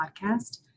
podcast